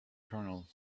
colonel